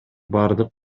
бардык